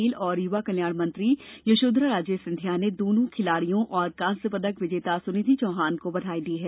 खेल और युवा कल्याण मंत्री श्रीमती यशोधरा राजे सिंधिया ने दोनों खिलाड़ियों और कांस्य पदक विजेता सुनिधि चौहान को बधाई दी हैं